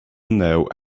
know